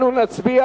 אנחנו נצביע